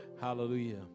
Hallelujah